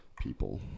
people